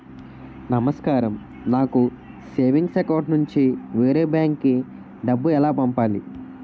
నమస్కారం నాకు savings account నుంచి వేరే బ్యాంక్ కి డబ్బు ఎలా పంపాలి?